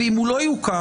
ואם הוא לא יוקם,